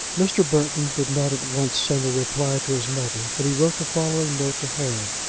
mr. burton did not at once send a reply to his mother, but he wrote the following note to harry